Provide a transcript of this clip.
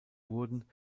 wurden